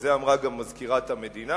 את זה אמרה גם מזכירת המדינה,